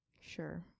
Sure